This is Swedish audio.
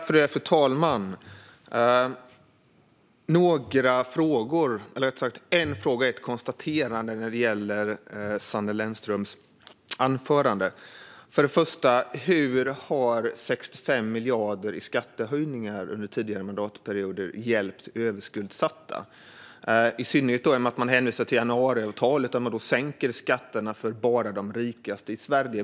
Fru talman! Jag har några frågor, eller rättare sagt en fråga och ett konstaterande, när det gäller Sanne Lennströms anförande. För det första undrar jag hur 65 miljarder i skattehöjningar under tidigare mandatperioder har hjälpt överskuldsatta. Det vore intressant att få en kommentar till detta, i synnerhet när man hänvisar till januariavtalet, där man sänker skatterna bara för de rikaste i Sverige.